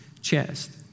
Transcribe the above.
chest